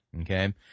okay